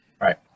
right